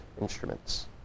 instruments